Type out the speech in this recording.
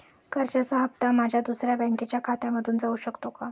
कर्जाचा हप्ता माझ्या दुसऱ्या बँकेच्या खात्यामधून जाऊ शकतो का?